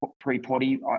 pre-potty